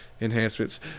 enhancements